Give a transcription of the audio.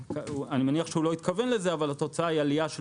אני מניח שהוא לא התכוון לזה אבל התוצאה היא עלייה של